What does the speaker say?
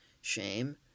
shame